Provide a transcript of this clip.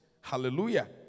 Hallelujah